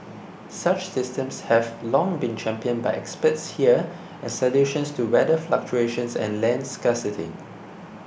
such systems have long been championed by experts here as solutions to weather fluctuations and land scarcity